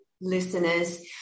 listeners